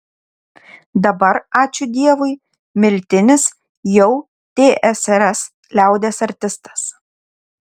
dabar ačiū dievui miltinis jau tsrs liaudies artistas